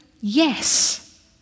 Yes